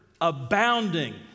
abounding